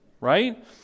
Right